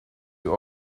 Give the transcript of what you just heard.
you